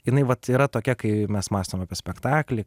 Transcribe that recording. jinai vat yra tokia kai mes mąstom apie spektaklį